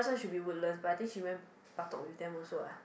no she be Woodlands but I think she went Bedok with them also lah